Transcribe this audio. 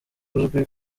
uzwi